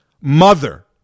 mother